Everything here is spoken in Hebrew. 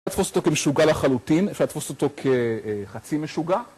אפשר לתפוס אותו כמשוגע לחלוטין, אפשר לתפוס אותו כחצי משוגע.